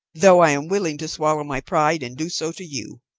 though i am willing to swallow my pride and do so to you.